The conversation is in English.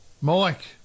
Mike